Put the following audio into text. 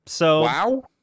Wow